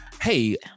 Hey